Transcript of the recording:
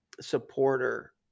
Supporter